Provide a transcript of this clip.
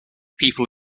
people